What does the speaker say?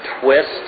twist